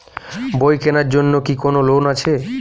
বই কেনার জন্য কি কোন লোন আছে?